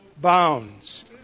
bounds